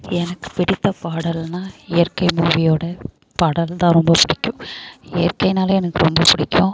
எனக்கு பிடித்த பாடல்னால் இயற்கை மூவியோட பாடல்தான் ரொம்ப பிடிக்கும் இயற்கைனாலே எனக்கு ரொம்ப பிடிக்கும்